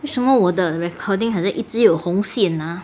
为什么我的 recording 好像一直有红线啊